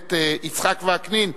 הכנסת יצחק וקנין בנושא: